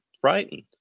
frightened